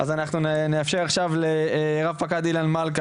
אז אנחנו נאפשר עכשיו לרפ"ק אילן מלכה,